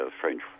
French